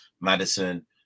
Madison